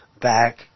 back